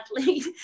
athlete